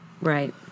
Right